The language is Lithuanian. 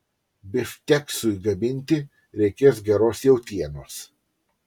bifšteksui gaminti reikės geros jautienos